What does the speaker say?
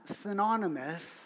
synonymous